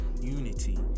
unity